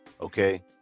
okay